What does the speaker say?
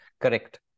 correct